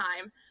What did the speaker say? time